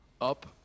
Up